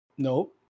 Nope